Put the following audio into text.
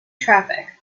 traffic